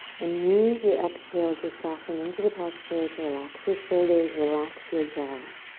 and use your exhale to soften into the posture, to relax your shoulders, relax your jaw.